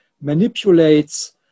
manipulates